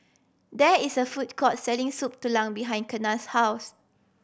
there is a food court selling Soup Tulang behind Kenna's house